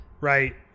right